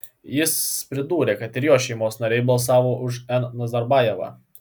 jis pridūrė kad ir jo šeimos nariai balsavo už n nazarbajevą